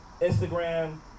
Instagram